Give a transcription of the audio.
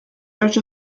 such